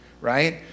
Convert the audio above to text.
right